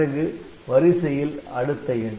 பிறகு வரிசையில் அடுத்த எண்